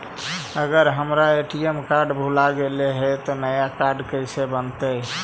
अगर हमर ATM card भुला गैलै हे तब नया काड कइसे बनतै?